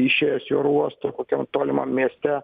išėjęs į oro uostą kokiam tolimam mieste